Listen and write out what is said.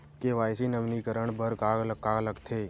KYC नवीनीकरण बर का का लगथे?